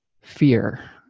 fear